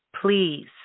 Please